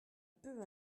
peu